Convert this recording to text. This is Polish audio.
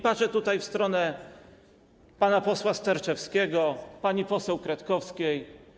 Patrzę tutaj w stronę pana posła Sterczewskiego, pani poseł Kretkowskiej.